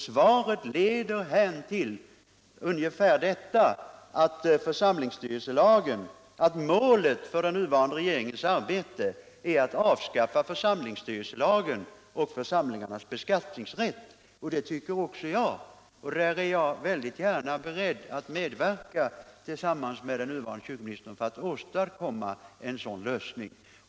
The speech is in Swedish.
Svaret leder hän till att målet för den nya regeringens arbete är att avskaffa församlingsstyrelselagen och församlingarnas beskattningsrätt, och det ansluter jag mig till. Jag är i hög grad beredd att tillsammans med den nuvarande kyrkoministern medverka till att åstadkomma en sådan lösning.